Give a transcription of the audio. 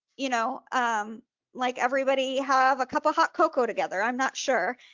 you know um like everybody have a cup of hot cocoa together, i'm not sure,